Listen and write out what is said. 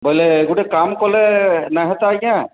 ବୋଇଲେ ଗୁଟେ କାମ୍ କଲେ ନାଇଁ ହେତା ଆଜ୍ଞା